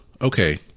okay